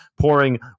pouring